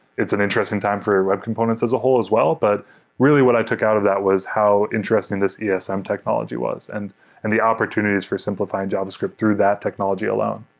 it's an interesting time for web components as a whole as well. but really, what i took out of that was how interesting this esm um technology was and and the opportunities for simplifying javascript through that technology alone.